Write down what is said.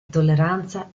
tolleranza